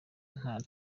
nta